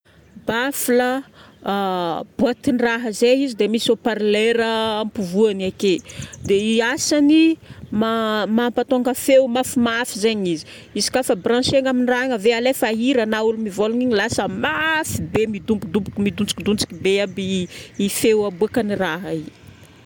Baffle. Boatin-draha zay izy dia misy haut-parleur apovoany ake. Dia i asany ma- mampatonga feo mafimafy zaigny izy. Izy koa fa brancher-na amin-draha igny ave alefa hira na olo mivolagna igny lasa mafy be midobodoboko midotsikidotsiky be aby i feo aboaka'i raha igny.